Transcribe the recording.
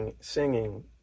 singing